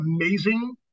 amazing